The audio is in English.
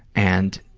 and